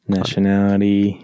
Nationality